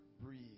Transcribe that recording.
breathe